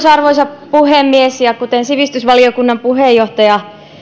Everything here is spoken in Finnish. arvoisa puhemies kuten sivistysvaliokunnan puheenjohtaja